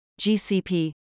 GCP